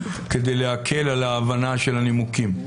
כדי להקל על ההבנה של הנימוקים.